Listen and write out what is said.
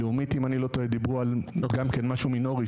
לאומית אם אני לא טועה דיברו גם כן על משהו מינורי,